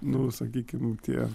nu sakykim tie